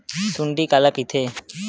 सुंडी काला कइथे?